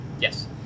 Yes